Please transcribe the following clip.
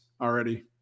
already